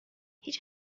هیچ